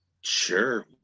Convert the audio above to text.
sure